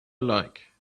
like